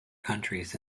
countries